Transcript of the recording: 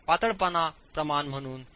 पातळपणा प्रमाणम्हणून के